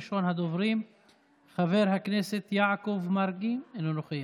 ראשון הדוברים חבר הכנסת יעקב מרגי, אינו נוכח,